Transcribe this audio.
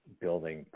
building